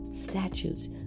statutes